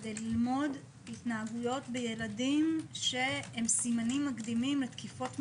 כדי ללמוד התנהגויות בילדים שהם סימנים מקדימים לתקיפות מיניות,